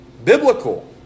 Biblical